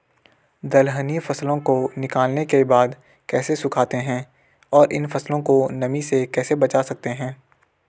दलहनी फसलों को निकालने के बाद कैसे सुखाते हैं और इन फसलों को नमी से कैसे बचा सकते हैं?